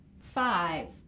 five